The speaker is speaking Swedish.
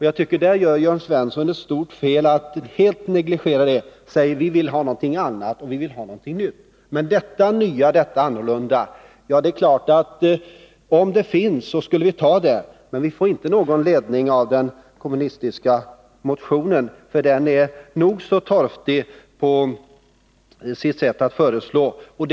Jag tycker att Jörn Svensson gör ett stort fel när han helt negligerar denna åtgärd och säger att kommunisterna vill ha någonting annat och nytt. Om detta nya och annorlunda funnes skulle vi självfallet ta det. Men vi får här inte någon vägledning av den kommunistiska motionen, för den är nog så torftig när det gäller att komma med förslag.